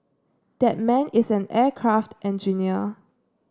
that man is an aircraft engineer